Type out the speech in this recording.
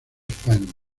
españa